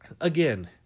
again